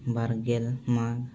ᱵᱟᱨᱜᱮᱞ ᱢᱟᱜᱽ